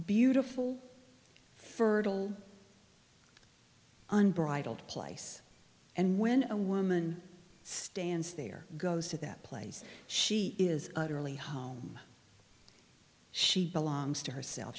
beautiful fertile unbridled place and when a woman stands there goes to that place she is utterly home she belongs to herself